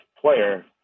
player